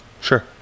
sure